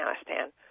Afghanistan